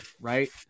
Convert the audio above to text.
right